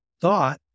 thought